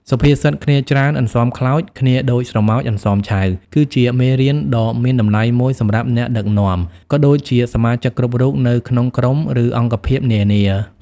សុភាសិត «គ្នាច្រើនអន្សមខ្លោច គ្នាដូចស្រមោចអន្សមឆៅ» គឺជាមេរៀនដ៏មានតម្លៃមួយសម្រាប់អ្នកដឹកនាំ ក៏ដូចជាសមាជិកគ្រប់រូបនៅក្នុងក្រុម ឬអង្គភាពនានា។